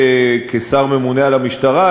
כשר הממונה על המשטרה,